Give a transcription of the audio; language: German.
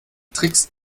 tricks